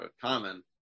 common